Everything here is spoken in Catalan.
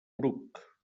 bruc